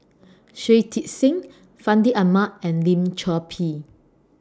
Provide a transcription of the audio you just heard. Shui Tit Sing Fandi Ahmad and Lim Chor Pee